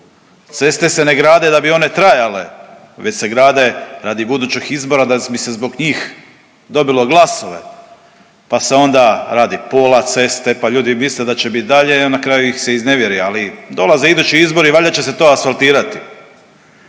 Ceste se ne grade da bi one trajale, već se grade radi budućih izbora da bi se zbog njih dobilo glasove. Pa se onda radi pola ceste, pa ljudi misle da će bit dalje, na kraju ih se iznevjeri. Ali dolaze idući izbori valjda će se to asfaltirati.